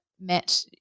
met